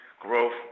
growth